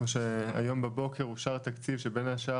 כמו שהיום בבוקר אושר תקציב שבין השאר